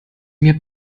mir